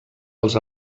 els